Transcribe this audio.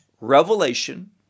revelation